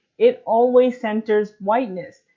it always centers whiteness!